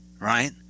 Right